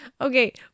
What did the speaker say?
Okay